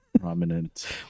prominent